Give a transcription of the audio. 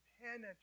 penetrate